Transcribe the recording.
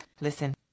Listen